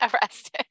arrested